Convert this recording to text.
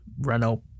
Renault